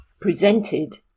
presented